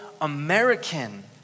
American